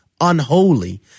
Unholy